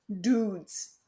dudes